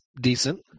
decent